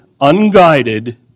unguided